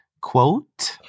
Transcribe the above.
Quote